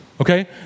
okay